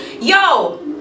yo